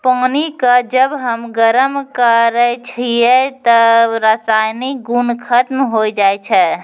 पानी क जब हम गरम करै छियै त रासायनिक गुन खत्म होय जाय छै